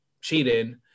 cheating